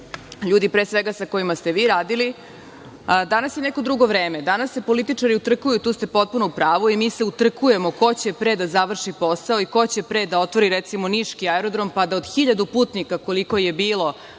ljudi pre svega sa kojima ste vi radili, danas je neko drugo vreme. Danas se političari utrkuju, tu ste potpuno u pravu, i mi se utrkujemo ko će pre da završi posao i ko će pre da otvori, recimo, niški aerodrom, pa da od hiljadu putnika, koliko je bilo